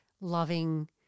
loving